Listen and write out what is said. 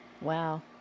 Wow